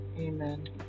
Amen